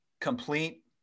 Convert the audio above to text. complete